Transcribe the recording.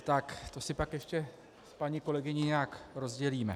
To si pak ještě s paní kolegyní nějak rozdělíme.